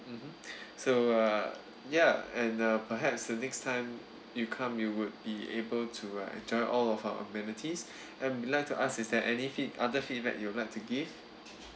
mmhmm so uh ya and uh perhaps the next time you come you would be able to uh enjoy all of our amenities and we'd like to ask is there any feed~ other feedback you'd like to give